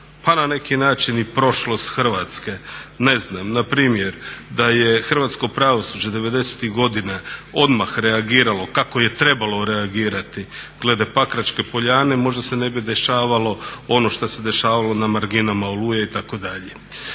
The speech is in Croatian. pa na neki način i prošlost Hrvatske. Ne znam npr. da je hrvatsko pravosuđe '90.-ih godina odmah reagiralo kako je trebalo reagirati glede Pakračke poljane možda se ne bi dešavalo ono što se dešavalo na marginama Oluje itd.